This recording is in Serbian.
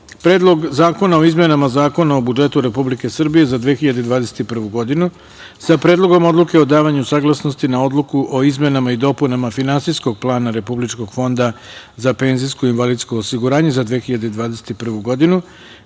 Predlog zakona o izmenama Zakona o budžetu Republike Srbije za 2021. godinu, sa Predlogom odluke o davanju saglasnosti na Odluku o izmenama i dopunama Finansijskog plana Republičkog fonda za penzijsko i invalidsko osiguranje za 2021. godinu,